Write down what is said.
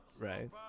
right